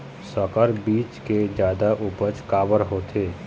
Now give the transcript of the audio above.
संकर बीज के जादा उपज काबर होथे?